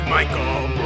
Michael